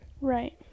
Right